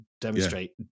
demonstrate